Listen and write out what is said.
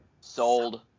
Sold